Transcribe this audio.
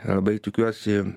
labai tikiuosi